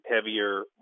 heavier